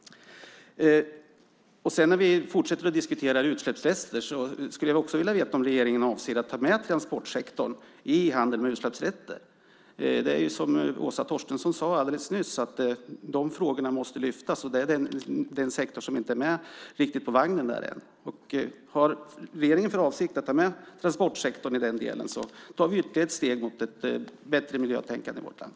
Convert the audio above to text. När vi fortsätter att diskutera utsläppsrätter skulle jag också vilja veta om regeringen avser att ta med transportsektorn i handeln med utsläppsrätter. Det är som Åsa Torstensson sade alldeles nyss: De frågorna måste lyftas upp. Det här är en sektor som inte är riktigt med på vagnen än. Har regeringen för avsikt att ta med transportsektorn i den delen så tar vi ytterligare ett steg mot ett bättre miljötänkande i vårt land.